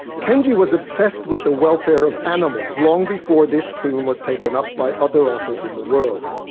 kenji was obsessed with the welfare of animals long before this theme was taken up by other authors in the world.